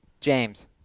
James